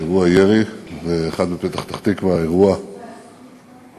אירוע ירי, ואחד בפתח-תקווה, אירוע דקירה.